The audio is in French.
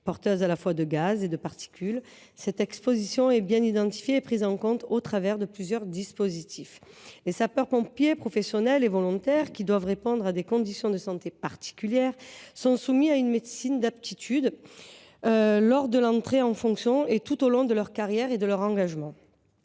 composées à la fois de gaz et de particules, cette exposition est bien identifiée et prise en compte au travers de plusieurs dispositifs. Les sapeurs pompiers, professionnels et volontaires, sont soumis à des conditions d’aptitude physique et médicale particulières et suivis par une médecine d’aptitude lors de leur entrée en fonction et tout au long de leur carrière ou engagement.